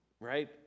right